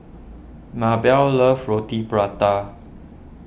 Maybell loves Roti Prata